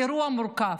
אירוע מורכב.